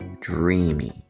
dreamy